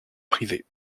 privé